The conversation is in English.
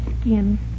skin